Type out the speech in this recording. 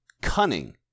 cunning